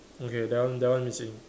okay that one that one missing